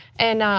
and